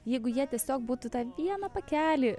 jeigu jie tiesiog būtų tą vieną pakelį